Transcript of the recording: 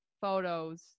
photos